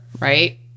right